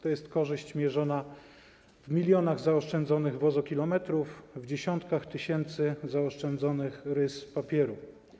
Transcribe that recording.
To jest korzyść mierzona w milionach zaoszczędzonych wozokilometrów, w dziesiątkach tysięcy zaoszczędzonych ryz papieru.